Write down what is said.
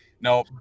No